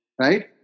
right